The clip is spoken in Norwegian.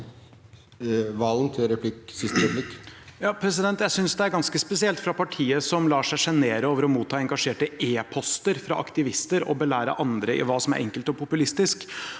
Jeg synes at det er ganske spesielt at partiet som lar seg sjenere av å motta engasjerte e-poster fra aktivister, belærer andre i hva som er enkelt og populistisk.